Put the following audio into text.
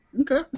Okay